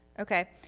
Okay